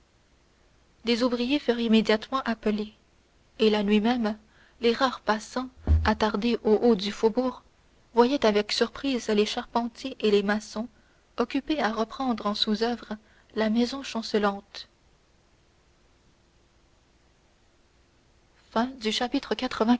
des ouvriers furent immédiatement appelés et la nuit même les rares passants attardés au haut du faubourg voyaient avec surprise les charpentiers et les maçons occupés à reprendre en sous oeuvre la maison chancelante